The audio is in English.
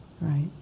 right